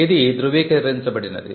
ఇది ధృవీకరించబడినది